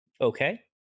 Okay